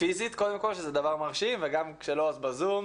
פיזית קודם כל, שזה דבר מרשים, וגם כשלא, אז בזום.